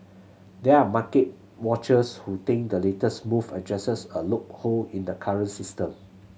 there are market watchers who think the latest move addresses a loophole in the current system